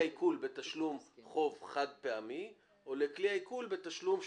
העיקול בתשלום חוב חד פעמי או לכלי העיקול בתשלום שוטף.